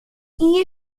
ien